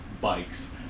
Bikes